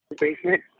Basement